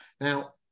now